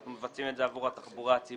אנחנו מבצעים את זה עבור התחבורה הציבורית